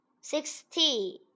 sixty